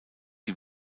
die